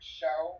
show